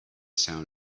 sound